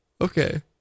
okay